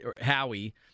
Howie